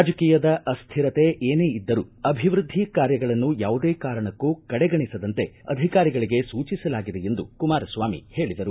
ರಾಜಕೀಯದ ಅಸ್ಥಿರತೆ ಏನೇ ಇದ್ದರೂ ಅಭಿವೃದ್ಧಿ ಕಾರ್ಯಗಳನ್ನು ಯಾವುದೇ ಕಾರಣಕ್ಕೂ ಕಡೆಗಣಿಸದಂತೆ ಅಧಿಕಾರಿಗಳಿಗೆ ಸೂಚಿಸಲಾಗಿದೆ ಎಂದರು